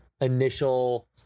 initial